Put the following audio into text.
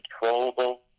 controllable